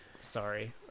Sorry